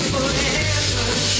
Forever